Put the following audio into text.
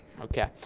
Okay